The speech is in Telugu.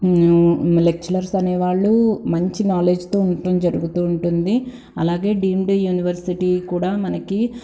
లెక్చలర్స్ అనేవాళ్ళు మంచి నాలెడ్జ్తో ఉంటం జరుగుతు ఉంటుంది అలాగే డీమ్డ్ యూనివర్సిటీ కూడా మనకి